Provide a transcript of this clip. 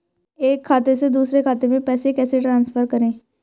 एक खाते से दूसरे खाते में पैसे कैसे ट्रांसफर करें?